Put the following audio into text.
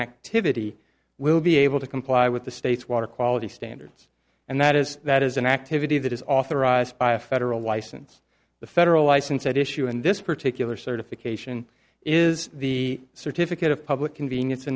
activity will be able to comply with the state's water quality standards and that is that is an activity that is authorized by a federal license the federal license at issue in this particular certification is the certificate of public convenience